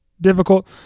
difficult